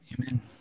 amen